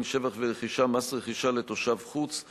(שבח ורכישה) (מס רכישה לתושב חוץ),